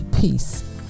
Peace